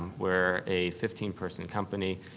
we're a fifteen person company.